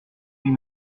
huit